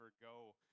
go